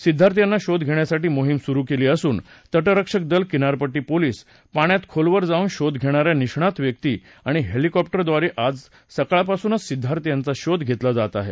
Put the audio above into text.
सिद्धार्थ यांचा शोध घेण्यासाठी मोहीम सुरु केली असून तटरक्षक दल किनारपट्टी पोलीस पाण्यात खोलवर जाऊन शोध घेणाऱ्या निष्णात व्यक्ती आणि हेलिकॉप्टरद्वारे आज सकाळपासूनच सिद्वार्थ यांचा शोध घेत आहेत